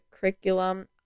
curriculum